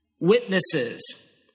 Witnesses